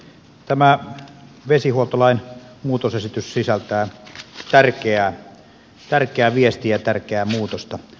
tämä vesihuoltolain muutosesitys sisältää tärkeää viestiä ja tärkeää muutosta